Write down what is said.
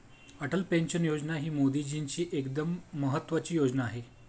Atal pension योजना ही मोदीजींची एकदम महत्त्वाची योजना आहे